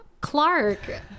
Clark